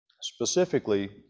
specifically